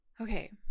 Okay